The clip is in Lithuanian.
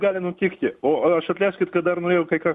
gali nutikti o aš atleiskit kad dar norėjau kai ką